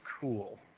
cool